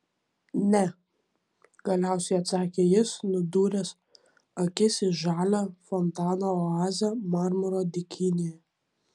ne galiausiai atsakė jis nudūręs akis į žalią fontano oazę marmuro dykynėje